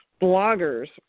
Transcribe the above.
bloggers